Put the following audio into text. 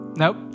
Nope